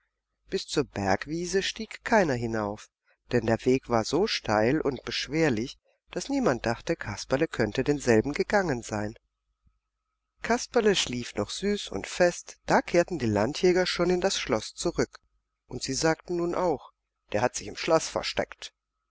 bis zur bergwiese stieg keiner hinauf denn der weg war so steil und beschwerlich daß niemand dachte kasperle könnte denselben gegangen sein kasperle schlief noch süß und fest da kehrten die landjäger schon in das schloß zurück und sie sagten nun auch der hat sich im schloß versteckt